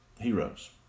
heroes